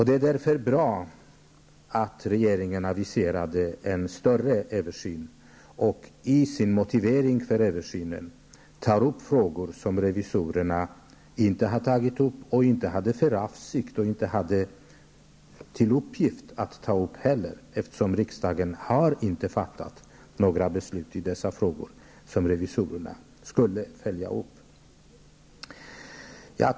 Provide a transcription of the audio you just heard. Det är därför bra att regeringen har aviserat en större översyn och i sin motivering för översynen tar upp frågor som revisorerna inte har tagit upp -- och inte heller hade för avsikt eller till uppgift att ta upp, eftersom riksdagen inte har fattat några beslut som revisorerna skulle följa upp i dessa frågor.